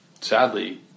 sadly